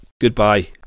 Goodbye